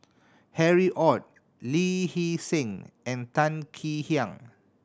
Harry Ord Lee Hee Seng and Tan Kek Hiang